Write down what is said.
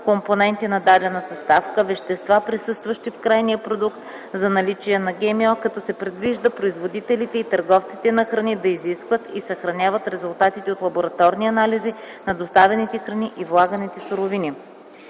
компоненти на дадена съставка, вещества, присъстващи в крайния продукт, за наличие на ГМО, като се предвижда производителите и търговците на храни да изискват и съхраняват резултатите от лабораторни анализи на доставените храни и влаганите суровини.